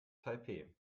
taipeh